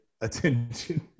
attention